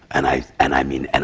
and i and i mean, and